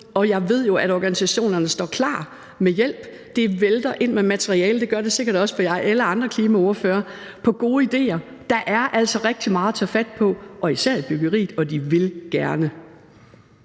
og jeg ved jo, at organisationerne står klar med hjælp. Det vælter ind med materiale – og det gør det sikkert også hos alle jer andre klimaordførere – med gode idéer. Der er altså rigtig meget at tage fat på, især i byggeriet, og de vil gerne.